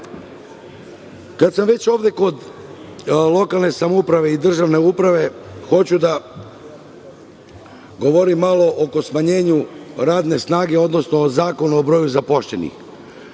sam već ovde kod lokalne samouprave i državne uprave, hoću da govorim malo o smanjenju radne snage, odnosno o zakonu o broju zaposlenih.